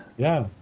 yeah,